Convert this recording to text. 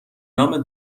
نام